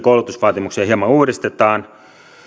koulutusvaatimuksia hieman uudistetaan